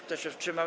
Kto się wstrzymał?